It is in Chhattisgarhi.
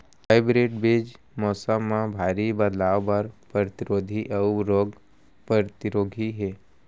हाइब्रिड बीज मौसम मा भारी बदलाव बर परतिरोधी अऊ रोग परतिरोधी हे